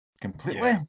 completely